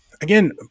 again